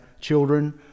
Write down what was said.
children